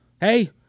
Hey